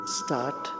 start